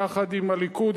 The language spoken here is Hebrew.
יחד עם הליכוד,